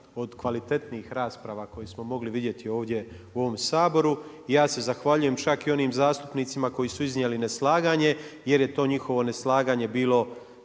od kvalitetnijih rasprava koje smo mogli vidjeti ovdje u ovom Saboru. Ja se zahvaljujem čak i onim zastupnicima koji su iznijeli neslaganje, jer je to njihovo neslaganje bilo